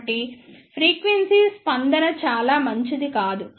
కాబట్టి ఫ్రీక్వెన్సీ స్పందన చాలా మంచిది కాదు